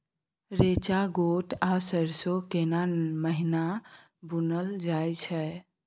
रेचा, गोट आ सरसो केना महिना बुनल जाय छै?